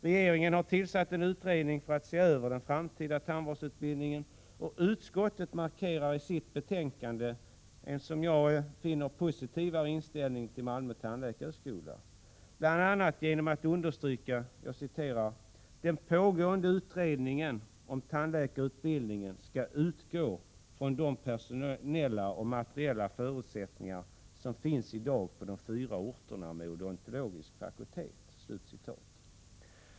Regeringen har tillsatt en utredning för att se över den framtida tandvårdsutbildningen, och utskottet markerar i sitt betänkande en — som jag finner — positiv inställning till Malmö tandläkarhögskola, bl.a. genom att understryka att ”den pågående utredningen om tandläkarutbildningen skall utgå bl.a. från de personella och materiella förutsättningar som finns i dag på de fyra orterna med odontologisk fakultet”.